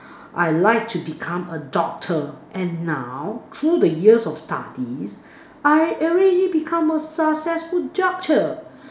I like to become a doctor and now through the years of studies I already become a successful juncture